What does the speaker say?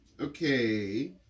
Okay